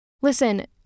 Listen